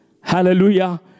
Hallelujah